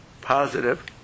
positive